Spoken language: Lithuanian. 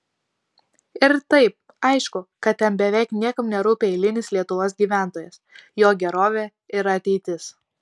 ir taip aišku kad ten beveik niekam nerūpi eilinis lietuvos gyventojas jo gerovė ir ateitis